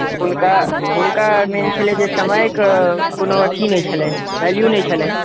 हुनका हुनका मेन छलै जे समयके कोनो अथी नहि छलनि भैल्यू नहि छलनि